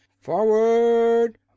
Forward